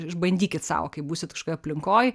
išbandykit sau kai būsit aplinkoje